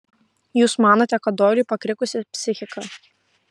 jūs manote kad doiliui pakrikusi psichika